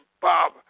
Bob